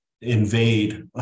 invade